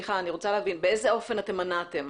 באיזה אופן אתם מנעתם.